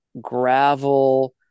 gravel